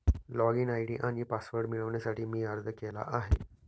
login ID आणि password मिळवण्यासाठी मी अर्ज केला आहे